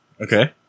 okay